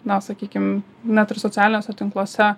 na sakykim net ir socialiniuose tinkluose